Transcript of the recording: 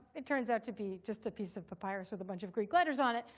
it turns out to be just a piece of papyrus with a bunch of greek letters on it.